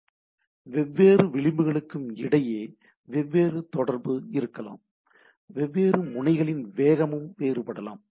எனவே வெவ்வேறு விளிம்புக்கும் இடையே வெவ்வேறு தொடர்பு இருக்கலாம் வெவ்வேறு முனைகளின் வேகமும் வேறுபடலாம்